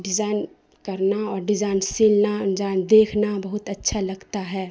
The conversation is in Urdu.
ڈیزائن کرنا اور ڈیزائن سلنا انجان دیکھنا بہت اچھا لگتا ہے